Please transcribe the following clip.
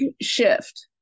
shift